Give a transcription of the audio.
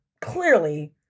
clearly